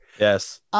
Yes